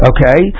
Okay